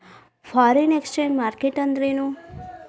Foreign exchange market ಅಂದ್ರೇನು?